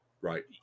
Right